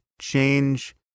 change